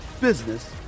business